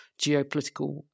geopolitical